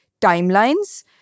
timelines